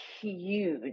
huge